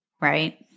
Right